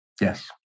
Yes